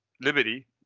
liberty